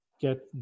get